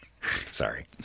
Sorry